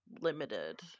limited